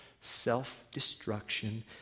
self-destruction